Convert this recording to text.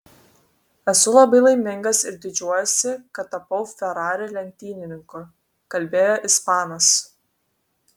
esu labai laimingas ir didžiuojuosi kad tapau ferrari lenktynininku kalbėjo ispanas